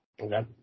Okay